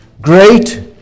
Great